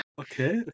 okay